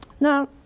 now,